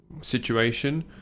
situation